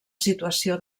situació